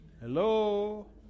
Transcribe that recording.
hello